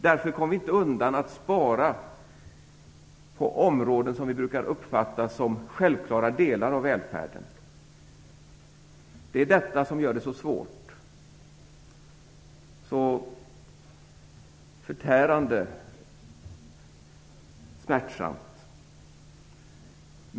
Därför kommer vi inte undan uppgiften att spara på områden som vi brukar uppfatta som självklara delar av välfärden. Det är detta som gör det så svårt, så förtärande smärtsamt.